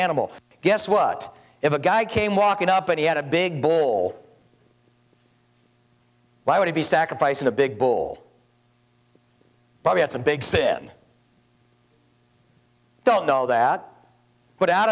animal guess what if a guy came walking up and he had a big bowl why would it be sacrificed in a big bowl probably it's a big sin don't know that but out